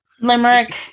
Limerick